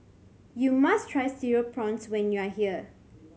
you must try Cereal Prawns when you are here